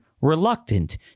reluctant